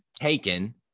taken